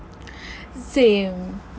same